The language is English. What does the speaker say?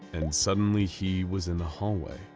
and suddenly, he was in a hallway.